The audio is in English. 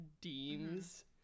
deems